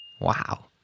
Wow